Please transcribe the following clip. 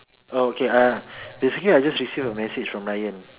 oh okay I basically I just received a message from Ryan